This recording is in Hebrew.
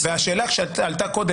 והשאלה שעלתה קודם,